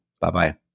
Bye-bye